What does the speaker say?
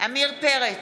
עמיר פרץ,